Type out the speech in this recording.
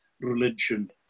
religion